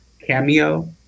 cameo